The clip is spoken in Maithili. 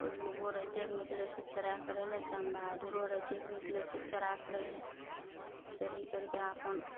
उल्लुओ राइतेके निकलय छै चरा करय लए चमबहादुरो राइतेके निकलय छै चरा करय लए चरी करि कए अपन